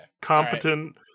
Competent